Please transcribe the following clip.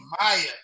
Maya